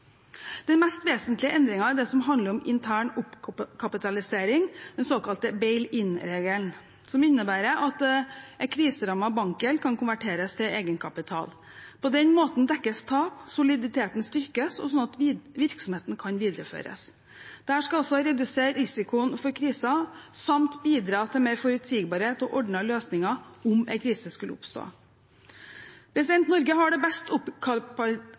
Den mest vesentlige endringen er det som handler om intern oppkapitalisering, den såkalte «bail-in»-regelen, som innebærer at en kriserammet bankgjeld kan konverteres til egenkapital. På den måten dekkes tap, soliditeten styrkes, og virksomheten kan videreføres. Dette skal altså redusere risikoen for kriser samt bidra til mer forutsigbarhet og ordnede løsninger om en krise skulle oppstå. Norge har det best